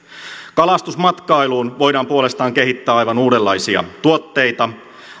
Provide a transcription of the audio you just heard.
kalastusmatkailuun voidaan puolestaan kehittää aivan uudenlaisia tuotteita